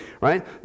right